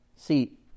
See